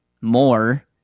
more